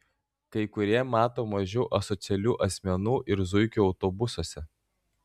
kai kurie mato mažiau asocialių asmenų ir zuikių autobusuose